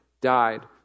died